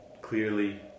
clearly